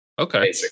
Okay